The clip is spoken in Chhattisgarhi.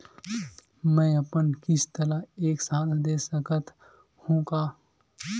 मै अपन किस्त ल एक साथ दे सकत हु का?